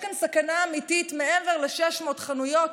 יש כאן סכנה אמיתית מעבר ל-600 חנויות